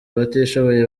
abatishoboye